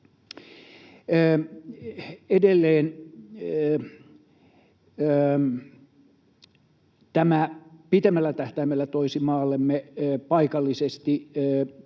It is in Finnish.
Edelleen tämä pitemmällä tähtäimellä toisi maallemme paikallisesti